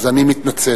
אז אני מתנצל.